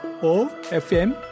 OFM